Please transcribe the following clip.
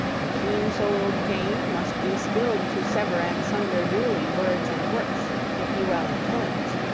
the keen-souled thane must be skilled to sever and sunder duly words and works, if he well intends.